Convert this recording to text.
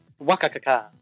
Wakakaka